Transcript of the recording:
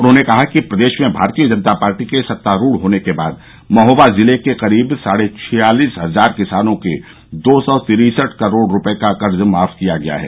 उन्होंने कहा कि प्रदेश में भारतीय जनता पार्टी के सत्तारूढ़ होने के बाद महोबा ज़िले के करीब साढ़े छियालीस हज़ार किसानों के दो सौ तिरसठ करोड़ रूपये का कर्ज़ माफ किया गया है